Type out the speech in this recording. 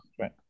Right